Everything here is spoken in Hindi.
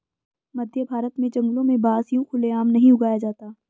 मध्यभारत के जंगलों में बांस यूं खुले आम नहीं उगाया जाता